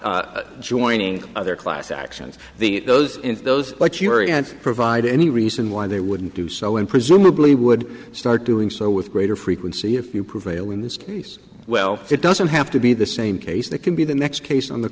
not joining other class actions the those in those but you're against provide any reason why they wouldn't do so and presumably would start doing so with greater frequency if you prevail in this case well it doesn't have to be the same case that can be the next case on the